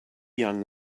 young